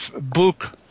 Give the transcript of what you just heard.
book